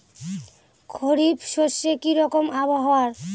খরিফ শস্যে কি রকম আবহাওয়ার?